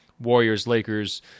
Warriors-Lakers